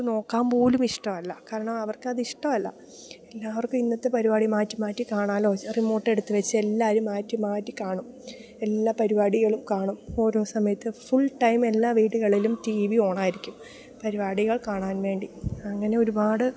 നോക്കാൻ പോലും ഇഷ്ടമല്ല കാരണം അവർക്കതിഷ്ടമല്ല എല്ലാവർക്കും ഇന്നത്തെ പരിപാടി മാറ്റിമാറ്റിക്കാണാമല്ലോ റിമോട്ടെടുത്തുച്ച് എല്ലാവരും മാറ്റിമാറ്റി കാണും എല്ലാ പരിപാടികളും കാണും ഓരോ സമയത്ത് ഫുൾ ടൈം എല്ലാ വീടുകളിലും ടി വി ഓണായിരിക്കും പരിപാടികൾ കാണാൻ വേണ്ടി അങ്ങനെ ഒരുപാട്